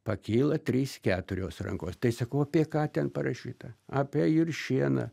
pakyla trys keturios rankos tai sakau apie ką ten parašyta apie juršėną